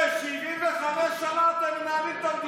אתם מושחתים.